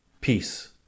Peace